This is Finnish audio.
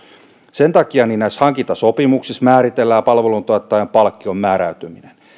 sen takia näissä hankintasopimuksissa määritellään palveluntuottajan palkkion määräytyminen